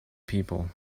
people